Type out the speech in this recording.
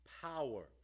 power